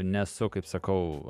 nesu kaip sakau